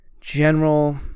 general